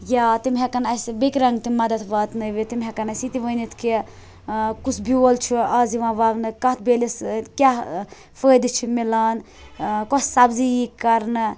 یا تِم ہیکَن اسہِ بیٚکہِ رَنٛگ تہِ مَدد واتنٲوِتھ تِم ہیکَن اسہِ یہِ تہِ وٕنِتھ کہِ کُس بِیول چھُ آز یِوان وَونہٕ کَتھ بیلِس سۭتۍ کیاہ فٲیِدٕ چھُ مِلان کۄس سَبزی یی کَرنہٕ